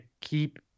keep